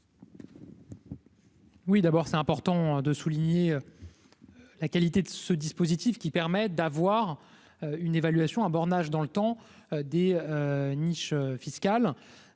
Oui, d'abord, c'est important de souligner la qualité de ce dispositif qui permet d'avoir une évaluation à bornage dans le temps des niches fiscales,